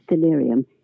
delirium